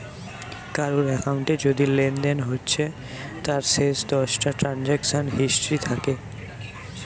কারুর একাউন্টে যদি লেনদেন হচ্ছে তার শেষ দশটা ট্রানসাকশান হিস্ট্রি থাকে